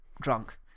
drunk